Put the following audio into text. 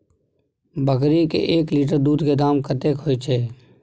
बकरी के एक लीटर दूध के दाम कतेक होय छै?